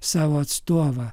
savo atstovą